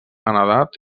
edat